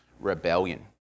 rebellion